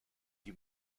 you